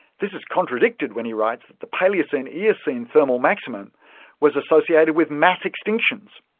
this is contradicted when he writes that the palaeocene-eocene thermal maximum was associated with mass extinctions.